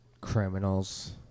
criminals